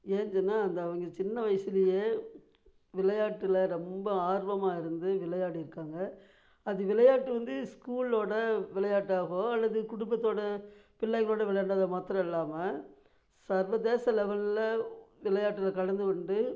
ஏஜுன்னா அந்த அவங்க சின்ன வயசுல விளையாட்டில் ரொம்ப ஆர்வமாக இருந்து விளையாடிருக்காங்க அது விளையாட்டு வந்து ஸ்கூலோடய விளையாட்டாக அல்லது குடும்பத்தோடு பிள்ளைகளோடு விளையாண்டது மாத்திரம் இல்லாமல் சர்வதேச லெவல்லில் விளையாட்டில் கலந்து கொண்டு